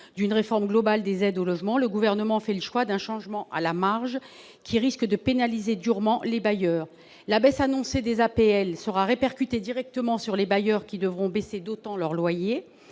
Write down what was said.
d'une réforme globale des aides au logement, le Gouvernement fait le choix d'un changement à la marge qui risque de pénaliser durement les bailleurs. La baisse annoncée des APL sera répercutée directement sur les bailleurs, qui devront baisser d'autant leurs loyers.